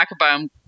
microbiome